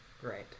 Great